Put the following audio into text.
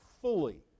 fully